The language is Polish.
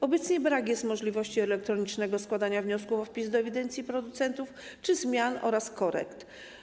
Obecnie brak jest możliwości elektronicznego składania wniosku o wpis do ewidencji producentów czy o zmianę oraz korektę.